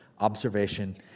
observation